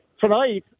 tonight